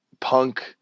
punk